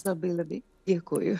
labai labai dėkoju